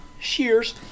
Cheers